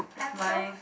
my